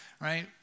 right